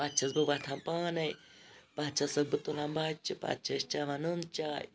پَتہٕ چھَس بہٕ وۄتھان پانے پَتہٕ چھَسَکھ بہٕ تُلان بَچہِ پَتہٕ چھِ أسۍ چَوان نُن چاے